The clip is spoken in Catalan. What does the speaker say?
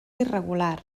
irregular